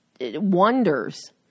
wonders